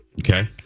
Okay